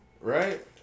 Right